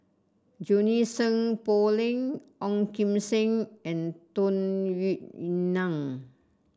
Junie Sng Poh Leng Ong Kim Seng and Tung Yue Nang